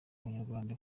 abanyarwanda